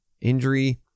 injury